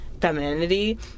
femininity